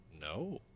No